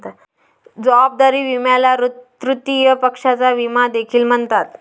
जबाबदारी विम्याला तृतीय पक्षाचा विमा देखील म्हणतात